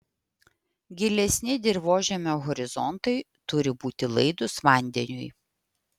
gilesni dirvožemio horizontai turi būti laidūs vandeniui